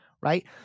Right